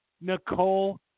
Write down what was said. Nicole